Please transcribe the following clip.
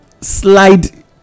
slide